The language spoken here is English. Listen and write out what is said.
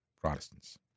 Protestants